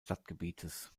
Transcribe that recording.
stadtgebietes